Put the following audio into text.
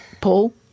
Paul